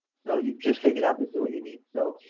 so you just figured out this is what you need so.